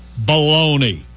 Baloney